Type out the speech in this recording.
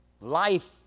Life